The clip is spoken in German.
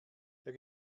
der